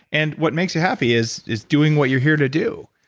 and what makes you happy is is doing what you're here to do.